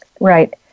Right